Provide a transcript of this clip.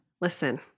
Listen